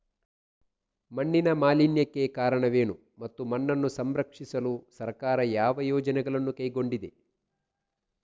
ಮಣ್ಣಿನ ಮಾಲಿನ್ಯಕ್ಕೆ ಕಾರಣವೇನು ಮತ್ತು ಮಣ್ಣನ್ನು ಸಂರಕ್ಷಿಸಲು ಸರ್ಕಾರ ಯಾವ ಯೋಜನೆಗಳನ್ನು ಕೈಗೊಂಡಿದೆ?